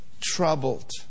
troubled